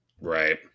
right